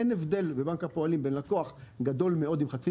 אין הבדל בבנק הפועלים בין לקוח גדול מאוד עם חצי